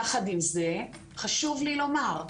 יחד עם זאת, חשוב לי לומר,